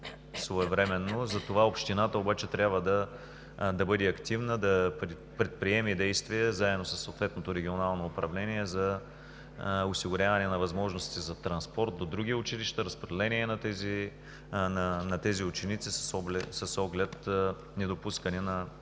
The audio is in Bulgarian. своевременно. Затова общината обаче трябва да бъде активна, да предприеме действия, заедно със съответното регионално управление, за осигуряване на възможности за транспорт до други училища, разпределение на тези ученици с оглед недопускане на